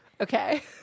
Okay